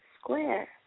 square